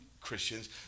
Christians